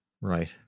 Right